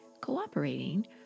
cooperating